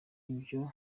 ivyo